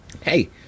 Hey